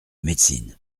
médecine